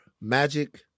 Magic